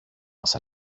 μας